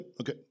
okay